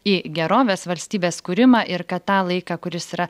į gerovės valstybės kūrimą ir kad tą laiką kuris yra